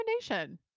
recommendation